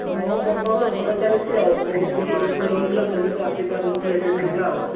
ହଁ ବର୍ତ୍ତମାନ ତ ଭଲ ଚାଲିଛି ଆଉ ତମକୁ ହିଁ ମିସ୍ କରା ହେଉଥିଲା ତୁମେ ତ ଆସି ପାରୁନଥିଲ ଏତେ ଦିନ ହେଲା ଆଉ